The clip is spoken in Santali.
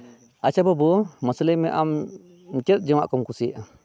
ᱟᱪᱷᱟ ᱵᱟᱹᱵᱩ ᱢᱟᱥᱮ ᱞᱟᱹᱭᱢᱮ ᱟᱢ ᱪᱮᱫ ᱡᱚᱢᱟᱜ ᱠᱩᱢ ᱠᱩᱥᱤᱭᱟᱜᱼᱟ